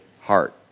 heart